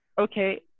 okay